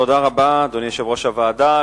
תודה רבה, אדוני יושב-ראש הוועדה.